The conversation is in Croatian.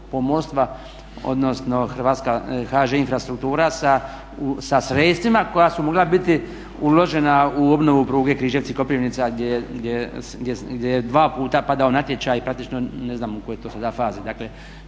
hrvatska HŽ Infrastruktura sa sredstvima koja su mogla biti uložena u obnovu pruge Križevci-Koprivnica gdje je dva puta padao natječaj i praktično ne znam u kojoj je to sada fazi. Dakle